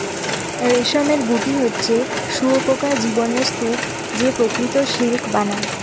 রেশমের গুটি হচ্ছে শুঁয়োপকার জীবনের স্তুপ যে প্রকৃত সিল্ক বানায়